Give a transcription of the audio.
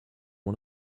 one